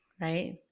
Right